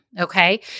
Okay